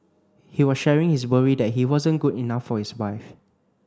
he was sharing his worry that he wasn't good enough for his wife